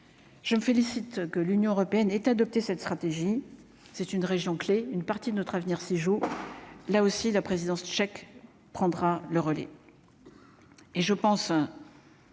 je me félicite que l'Union européenne est adopté cette stratégie, c'est une région clé une partie de notre avenir, séjour, là aussi, la présidence tchèque prendra le relais